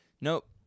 Nope